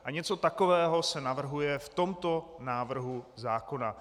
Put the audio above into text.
A něco takového se navrhuje v tomto návrhu zákona.